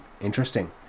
Interesting